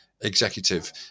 executive